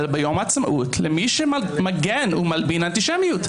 ביום העצמאות למי שמגן ומלבין אנטישמיות,